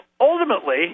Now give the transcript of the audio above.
ultimately